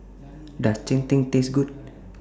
Does Cheng Tng Taste Good